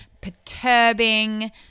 perturbing